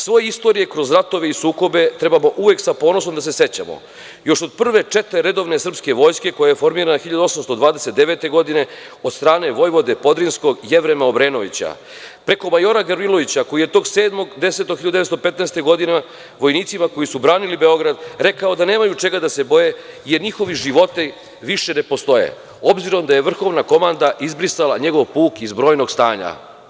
Svoje istorije kroz ratove i sukobe treba uvek sa ponosom da se sećamo, još od prve čete redovne srpske vojske koja je formirana 1829. godine od strane vojvode Podrinjskog Jevrema Obrenovića, preko majora Gavrilovića koji je 7. oktobra 1915. godine vojnicima koji su branili Beograd rekao da nemaju čega da se boje jer njihovi životi više ne postoje, s obzirom da je vrhovna komanda izbrisala njegov puk iz vojnog stanja.